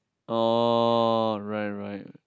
oh right right